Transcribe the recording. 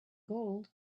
gold